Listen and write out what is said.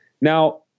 Now